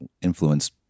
influence